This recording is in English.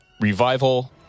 Revival